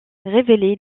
révéler